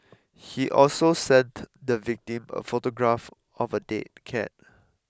he also sent the victim a photograph of a dead cat